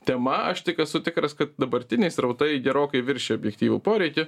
tema aš tik esu tikras kad dabartiniai srautai gerokai viršija objektyvų poreikį